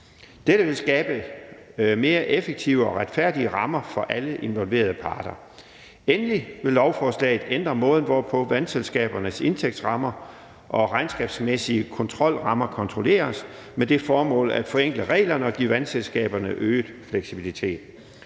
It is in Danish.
Dette vil skabe mere effektive og retfærdige rammer for alle involverede parter. Endelig vil lovforslaget ændre måden, hvorpå vandselskabernes indtægtsrammer og regnskabsmæssige kontrolrammer kontrolleres, med det formål at forenkle reglerne og give vandselskaberne øget fleksibilitet,